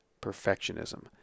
Perfectionism